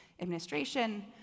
administration